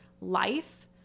life